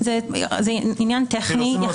זה עניין טכני.